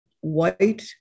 white